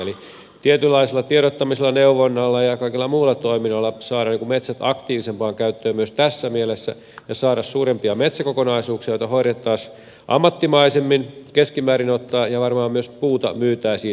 eli tietynlaisella tiedottamisella neuvonnalla ja kaikilla muilla toiminnoilla saadaan metsät aktiivisempaan käyttöön myös tässä mielessä ja saadaan suurempia metsäkokonaisuuksia joita hoidettaisiin ammattimaisemmin keskimäärin ottaen ja varmaan myös puuta myytäisiin tasaisemmin